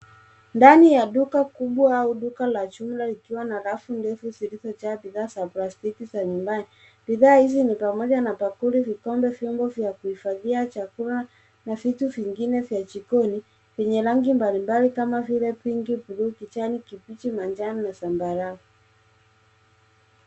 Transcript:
Ndani ya duka kubwa au duka la jumla likiwa na rafu ndefu zilizojaa bidhaa za plastiki za nyumbani. Bidhaa hizi ni pamoja na bakuli, vikombe, vyombo vya kuhifadhia chakula na vitu vingine vya jikoni yenye rangi mbalimbali kama vile pinki, buluu, kijani kibichi, manjano na zambarau.